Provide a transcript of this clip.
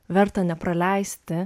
vertą nepraleisti